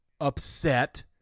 upset